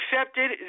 accepted